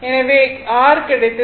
எனவே R கிடைத்தது